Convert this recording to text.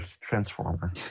transformer